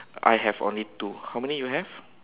I have only two how many you have